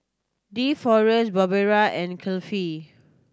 Deforest Barbara and Cliffie